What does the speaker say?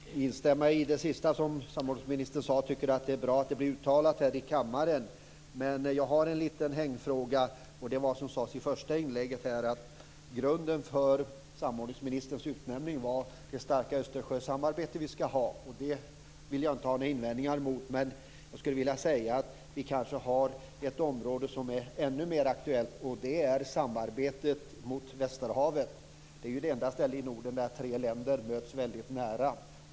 Herr talman! Jag vill bara instämma i det sista som samarbetsministern sade. Jag tycker att det är bra att det blir uttalat i kammaren. Jag har en liten hängfråga. Ministern sade i det första inlägget att grunden för samordningsministerns utnämning var det starka Östersjösamarbete vi skall ha. Det har jag inte några invändningar mot. Men vi kanske har ett område som är ännu mer aktuellt, och det är samarbetet mot västerhavet. Det är det enda ställe i Norden där tre länder möts väldigt nära.